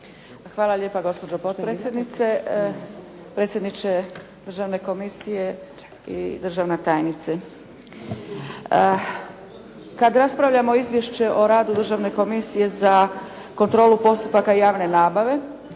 Hvala lijepa gospođo potpredsjedniče, predsjedniče državne komisije i državna tajnice. Kada raspravljamo Izvješće o radu Državne komisije za kontrolu postupaka javne nabave